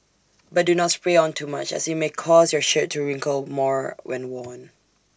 but do not spray on too much as IT may cause your shirt to wrinkle more when worn